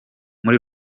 muri